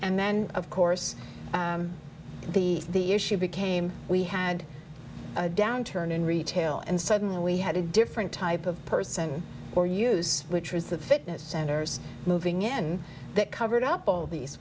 and then of course the the issue became we had a downturn in retail and suddenly we had a different type of person or use which was the fitness centers moving in that covered up all these